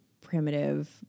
primitive